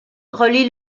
relie